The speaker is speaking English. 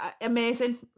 amazing